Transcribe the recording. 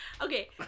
Okay